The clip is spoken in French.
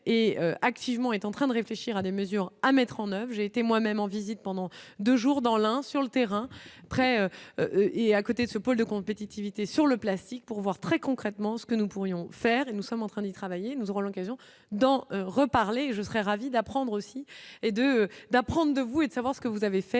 est activement, est en train de réfléchir à des mesures à mettre en oeuvre, j'ai été moi-même en visite pendant 2 jours dans l'Ain, sur le terrain près et à côté de ce pôle de compétitivité sur le plastique pour voir très concrètement ce que nous pourrions faire et nous sommes en train d'y travailler, nous aurons l'occasion d'en reparler, je serais ravi d'apprendre aussi et de d'apprendre de vous et de savoir ce que vous avez fait